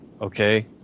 Okay